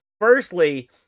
Firstly